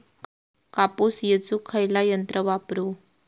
कापूस येचुक खयला यंत्र वापरू?